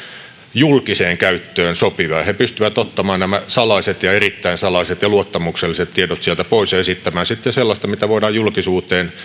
julkiseen käyttöön sopivia he pystyvät ottamaan nämä salaiset ja erittäin salaiset ja luottamukselliset tiedot sieltä pois ja esittämään sitten sellaista mitä voidaan julkisuuteen